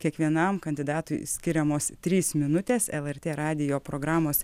kiekvienam kandidatui skiriamos trys minutės lrt radijo programos